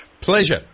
Pleasure